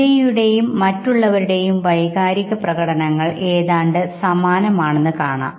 വിജയിയുടെയും മറ്റുള്ളവരുടെയും വൈകാരിക പ്രകടനങ്ങൾ ഏതാണ്ട് സമാനമാണെന്ന് കാണാം